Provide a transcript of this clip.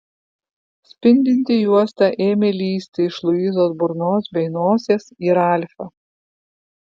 spindinti juosta ėmė lįsti iš luizos burnos bei nosies į ralfą